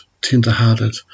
tender-hearted